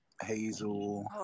Hazel